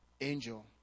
angel